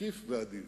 תקיף ואדיב.